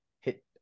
hit